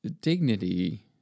dignity